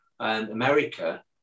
America